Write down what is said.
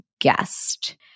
guest